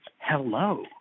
hello